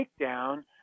takedown